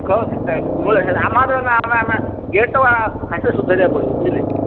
gate ଆଗ ସୁଧାରିବାକୁ ପଡ଼ିବ ବୁଝିଲେ